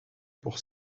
pour